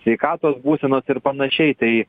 sveikatos būsenos ir panašiai tai